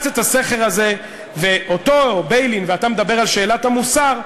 אתה מדבר על שאלת המוסר,